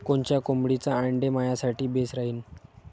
कोनच्या कोंबडीचं आंडे मायासाठी बेस राहीन?